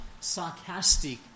sarcastic